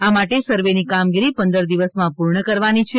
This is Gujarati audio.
આ માટે સર્વેની કામગીરી પંદર દિવસમાં પૂર્ણ કરવાની છે